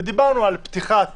ודיברנו על פתיחת